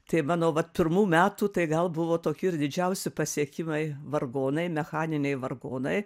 tai va nuo vat pirmų metų tai gal buvo tokie ir didžiausi pasiekimai vargonai mechaniniai vargonai